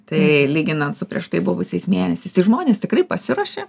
tai lyginant su prieš tai buvusiais mėnesiais tai žmonės tikrai pasiruošia